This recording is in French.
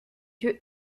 yeux